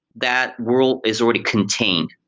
that world is already contained,